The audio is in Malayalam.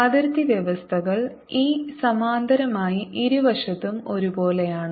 അതിർത്തി വ്യവസ്ഥകൾ e സമാന്തരമായി ഇരുവശത്തും ഒരുപോലെയാണ്